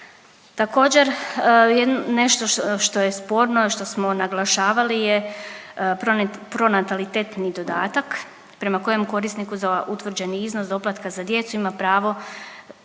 Također nešto što je sporno, što smo naglašavali je pronatalitetni dodatak prema kojemu korisniku za utvrđeni iznos doplatka za djecu ima pravo